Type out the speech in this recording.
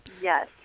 Yes